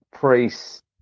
Priests